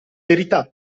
verità